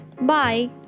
Bye